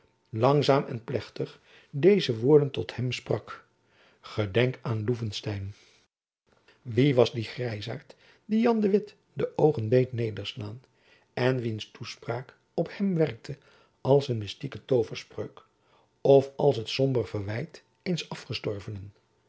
langzaam en plechtig deze woorden tot hem sprak gedenk aan loevenstein wie was die grijzaart die jan de witt de oogen deed nederslaan en wiens toespraak op hem werkte als een mystieke tooverspreuk of als het somber verwijt eens afgestorvenen